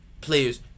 players